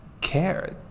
care